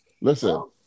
listen